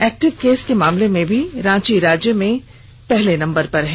active case के मामले में भी रांची राज्य के पहले नम्बर पर है